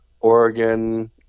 Oregon